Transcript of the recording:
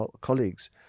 colleagues